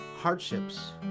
hardships